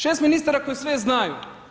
6 ministara koji sve znaju.